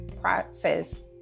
process